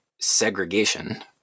segregation